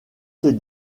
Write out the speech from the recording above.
ses